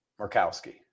Murkowski